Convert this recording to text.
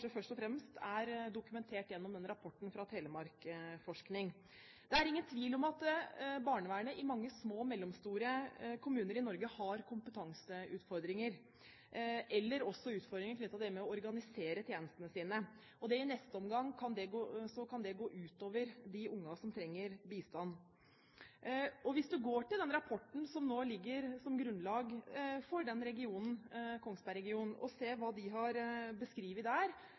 først og fremst er dokumentert gjennom rapporten fra Telemarksforskning. Det er ingen tvil om at barnevernet i mange små og mellomstore kommuner i Norge har kompetanseutfordringer eller også utfordringer knyttet til det å organisere tjenestene sine. I neste omgang kan det gå ut over de barna som trenger bistand. Hvis man går til den rapporten som nå er laget for Kongsbergregionen, og ser hvordan situasjonen i de kommunene er beskrevet,